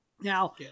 Now